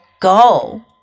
go